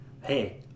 hey